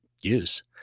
use